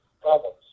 problems